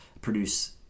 produce